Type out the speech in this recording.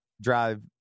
drive